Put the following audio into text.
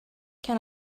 can